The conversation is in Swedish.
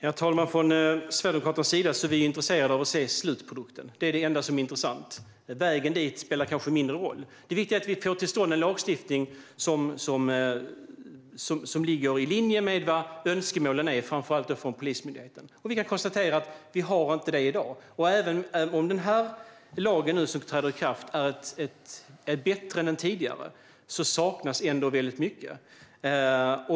Herr talman! Från Sverigedemokraternas sida är vi intresserade av att se slutprodukten. Det är det enda som är intressant. Vägen dit kanske spelar mindre roll. Det viktiga är att vi får till stånd en lagstiftning som ligger i linje med vad önskemålen är från framför allt Polismyndigheten. Vi kan konstatera att en sådan inte finns i dag. Även om den lag som nu träder i kraft är bättre än den tidigare lagen, saknas ändå mycket.